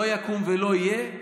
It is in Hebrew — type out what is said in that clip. לא יקום ולא יהיה.